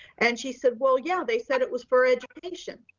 and she said, well, yeah, they said it was for education.